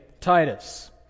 Titus